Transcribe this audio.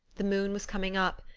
the moon was coming up,